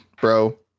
bro